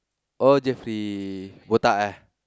oh Jeffrey botak eh